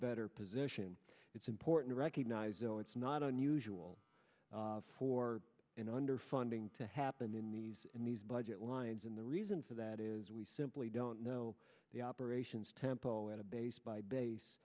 better position it's important to recognize oh it's not unusual for an underfunding to happen in these in these budget lines in the reason for that is we simply don't know the operations tempo at a base by base